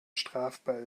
strafbar